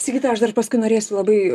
sigita aš dar paskiu norėsiu labai